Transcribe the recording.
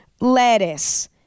lettuce